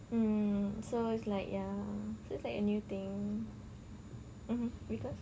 um so it's like ya it's like a new thing mmhmm cause